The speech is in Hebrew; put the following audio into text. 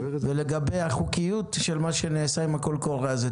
ולגבי החוקיות של מה שנעשה עם הקול קורא הזה,